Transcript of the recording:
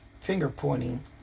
finger-pointing